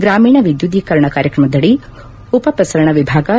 ಗ್ರಾಮೀಣ ವಿದ್ಯುದ್ದೀಕರಣ ಕಾರ್ಯಕ್ರಮದಡಿ ಉಪ ಪ್ರಸರಣ ವಿಭಾಗವು